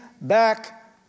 back